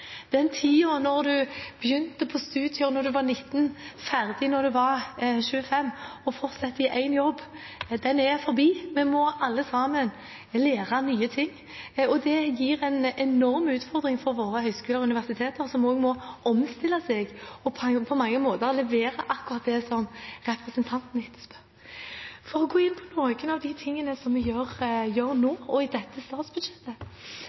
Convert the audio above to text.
Den tiden da man begynte på studiene da man var 19, var ferdig da man var 25, og fortsatte i én jobb, er forbi. Vi må alle sammen lære nye ting. Det gir en enorm utfordring for våre høyskoler og universiteter, som også må omstille seg og på mange måter levere akkurat det representanten Fagerås etterspør. For å gå inn på noen av de tingene vi gjør nå og i dette statsbudsjettet: